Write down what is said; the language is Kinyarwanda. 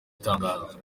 tangazo